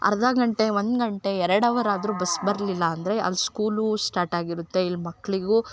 ಅರ್ಧ ಗಂಟೆ ಒಂದು ಗಂಟೆ ಎರಡು ಅವರ್ ಆದರೂ ಬಸ್ ಬರಲಿಲ್ಲ ಅಂದರೆ ಅಲ್ಲಿ ಸ್ಕೂಲು ಸ್ಟಾರ್ಟ್ ಆಗಿರುತ್ತೆ ಇಲ್ಲಿ ಮಕ್ಕಳಿಗೂ